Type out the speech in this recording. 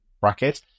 bracket